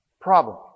problem